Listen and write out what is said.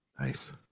Nice